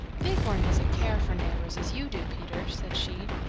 bighorn doesn't care for neighbors as you do, peter, said she.